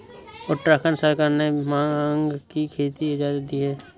उत्तराखंड सरकार ने भाँग की खेती की इजाजत दी है